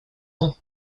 ans